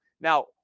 Now